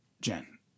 jen